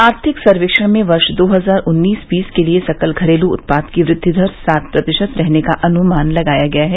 आर्थिक सर्वेक्षण में वर्ष दो हजार उन्नीस बीस के लिए सकल घरेलू उत्पाद की वृद्वि दर सात प्रतिशत रहने का अनुमान लगाया गया है